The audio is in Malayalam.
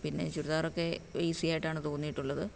പിന്നെ ചുരിദാറൊക്കെ ഈസി ആയിട്ടാണ് തോന്നിയിട്ടുള്ളത്